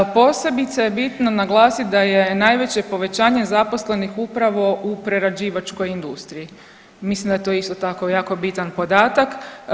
Posebice je bitno naglasit da je najveće povećanje zaposlenih upravo u prerađivačkoj industriji i mislim da je to isto tako jako bitan podatak.